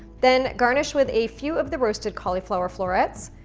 then garnish with a few of the roasted cauliflower florets,